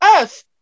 earth